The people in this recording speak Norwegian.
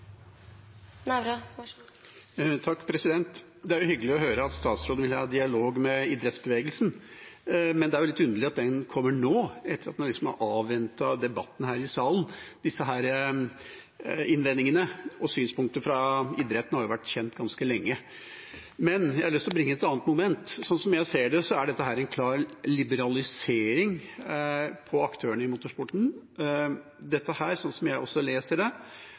hyggelig å høre at statsråden vil ha dialog med idrettsbevegelsen, men det er litt underlig at den kommer nå – etter at man har avventet debatten her i salen. Disse innvendingene og synspunktene fra idretten har jo vært kjent ganske lenge. Men jeg har lyst til å bringe inn et annet moment. Slik jeg ser det, er det en klar liberalisering for aktørene i motorsporten. Dette, som jeg også leser det,